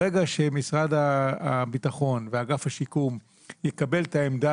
ברגע שמשרד הביטחון ואגף השיקום יקבלו את העמדה